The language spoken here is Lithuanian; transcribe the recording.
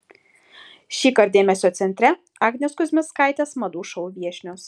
šįkart dėmesio centre agnės kuzmickaitės madų šou viešnios